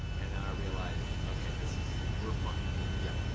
and then i realized okay this is, we're funny. we can do it.